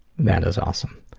that is awesome.